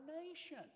nation